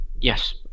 Yes